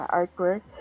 artwork